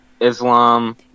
islam